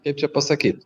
kaip čia pasakyt